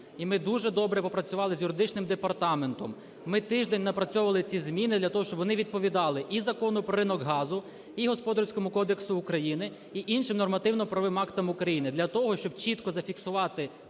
І ми дуже добре попрацювали з юридичним департаментом, ми тиждень напрацьовували ці зміни, для того щоб вони відповідали і Закону "Про ринок газу", і Господарському кодексу України, і іншим нормативно-правовим актам України. Для того, щоб чітко зафіксувати